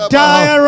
die